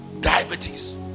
Diabetes